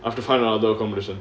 have to find another accommodation